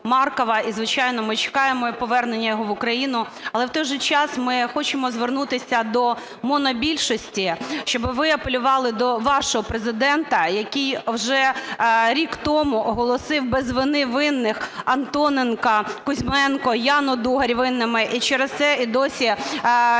І, звичайно, ми чекаємо повернення його в Україну. Але, в той же час, ми хочемо звернутися до монобільшості, щоб ви апелювали до вашого Президента, який вже рік тому оголосив без вини винних Антоненка, Кузьменко, Яну Дугарь винними, і через це і досі